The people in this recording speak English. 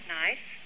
nice